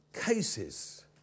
cases